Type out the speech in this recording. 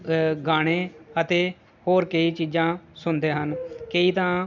ਗਾਣੇ ਅਤੇ ਹੋਰ ਕਈ ਚੀਜ਼ਾਂ ਸੁਣਦੇ ਹਨ ਕਈ ਤਾਂ